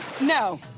No